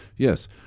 Yes